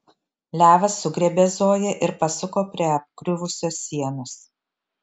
levas sugriebė zoją ir pasuko prie apgriuvusios sienos